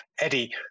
Eddie